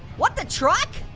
what the truck?